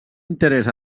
interès